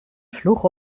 sloeg